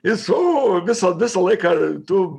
jis o visą visą laiką tu